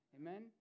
Amen